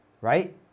right